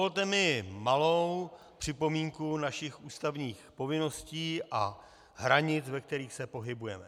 Dovolte mi malou připomínku našich ústavních povinností a hranic, ve kterých se pohybujeme.